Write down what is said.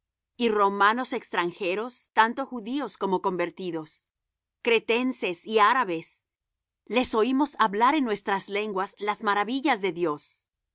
y romanos extranjeros tanto judíos como convertidos cretenses y arabes les oímos hablar en nuestras lenguas las maravillas de dios